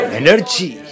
energy